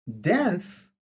dance